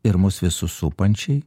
ir mus visus supančiai